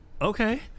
okay